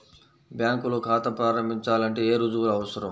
బ్యాంకులో ఖాతా ప్రారంభించాలంటే ఏ రుజువులు అవసరం?